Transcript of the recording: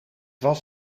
was